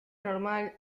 normal